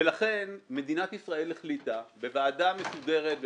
ולכן מדינת ישראל החליטה בוועדה מסודרת,